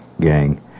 gang